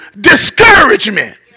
discouragement